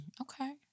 Okay